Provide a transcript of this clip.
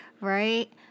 right